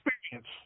experience